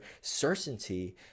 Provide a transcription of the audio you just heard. certainty